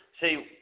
See